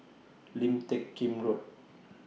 Lim Teck Kim Road